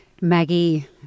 Maggie